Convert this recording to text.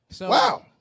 Wow